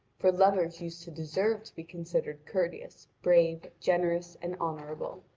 for lovers used to deserve to be considered courteous, brave, generous, and honourable.